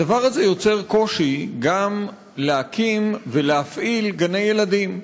הדבר הזה יוצר קושי גם להקים ולהפעיל גני-ילדים.